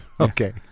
Okay